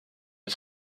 les